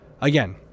again